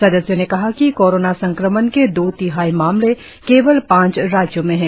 सदस्यों ने कहा कि कोरोना संक्रमण के दो तिहाई मामले केवल पांच राज्यों में हैं